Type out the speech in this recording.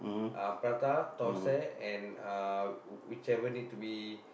uh prata thosai and uh whichever need to be